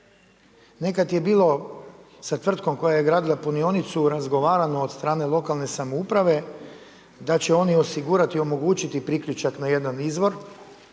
Nekad je bilo sa tvrtkom koja je radila punionicu razgovarano od strane lokalne samouprave da će oni osigurati i omogućiti priključak na jedan izvor,